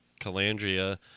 Calandria